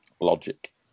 logic